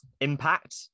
impact